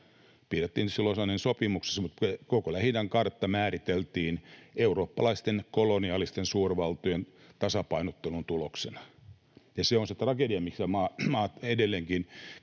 piirrettiin tietysti Lausannen sopimuksessa, määriteltiin eurooppalaisten koloniaalisten suurvaltojen tasapainottelun tuloksena. Se on se tragedia, mistä maat edelleenkin